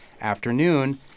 afternoon